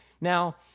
Now